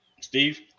steve